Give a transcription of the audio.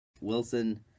wilson